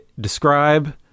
describe